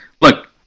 look